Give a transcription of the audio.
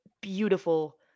beautiful